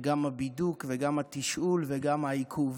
גם הבידוק, גם התשאול וגם העיכוב.